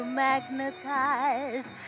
magnetize